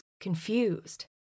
confused